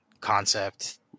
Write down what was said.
concept